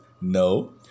No